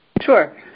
Sure